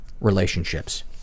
relationships